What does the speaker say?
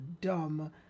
dumb